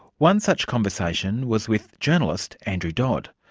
one such conversation was with journalist andrew dodd.